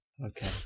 Okay